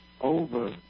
over